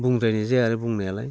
बुंद्रायनाय जाया आरो बुंनायालाय